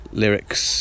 lyrics